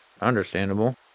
understandable